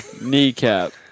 Kneecap